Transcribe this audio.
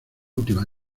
última